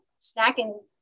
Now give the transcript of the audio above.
snacking